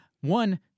One